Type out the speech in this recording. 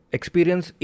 Experience